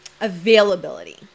availability